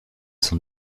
son